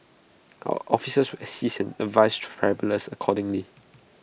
our officers will assist and advise travellers accordingly